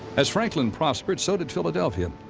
as franklin prospered, so did philadelphia.